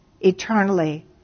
eternally